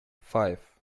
five